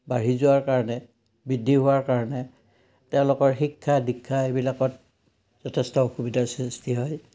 বাঢ়ি যোৱাৰ কাৰণে বৃদ্ধি হোৱাৰ কাৰণে তেওঁলোকৰ শিক্ষা দীক্ষা এইবিলাকত যথেষ্ট অসুবিধাৰ সৃষ্টি হয়